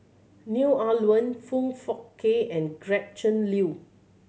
Neo Ah Luan Foong Fook Kay and Gretchen Liu